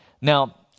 Now